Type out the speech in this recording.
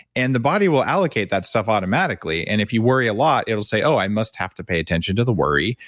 and the body will allocate that stuff automatically. and if you worry a lot, it'll say oh, i must have to pay attention to the worry,